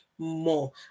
More